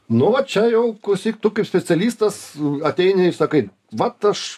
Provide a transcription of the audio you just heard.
nu vat čia jau klausyk tu kaip specialistas ateini sakai vat aš